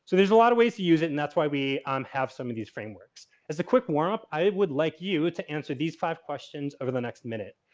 there's a lot of ways to use it. and that's why we um have some of these frameworks. as a quick warmup i would like you to answer these five questions over the next minute.